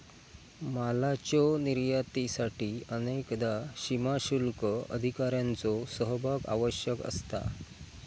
मालाच्यो निर्यातीसाठी अनेकदा सीमाशुल्क अधिकाऱ्यांचो सहभाग आवश्यक असता